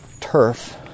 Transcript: turf